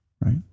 right